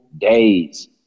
days